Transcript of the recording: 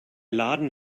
laden